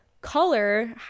color